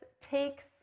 takes